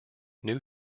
new